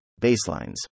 Baselines